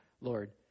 Lord